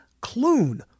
Clune